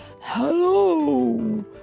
hello